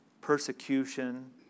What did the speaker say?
persecution